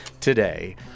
Today